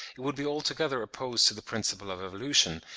it would be altogether opposed to the principle of evolution,